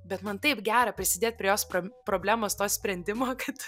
bet man taip gera prisidėt prie jos pro problemos to sprendimo kad